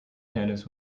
tennis